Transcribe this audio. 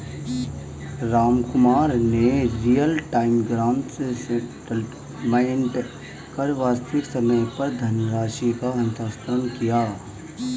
रामकुमार ने real time gross settlement कर वास्तविक समय पर धनराशि का हस्तांतरण किया